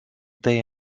day